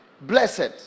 Blessed